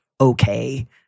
okay